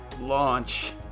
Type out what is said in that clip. Launch